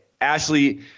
Ashley